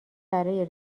برای